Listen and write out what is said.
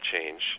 change